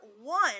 one